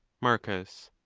marcus.